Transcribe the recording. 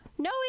No